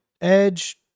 Edge